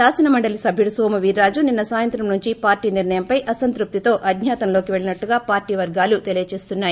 శాసనమండలి సట్యుడు నోము వీర్రాజు నిన్స సాయంత్రం నుంచి పార్టీ నిర్ణయం పై అసంతృప్తి తో అజ్ఞాతం లోకి వెళ్ళినట్లు పార్టీ వర్గాలు తెలియచేస్తున్నాయి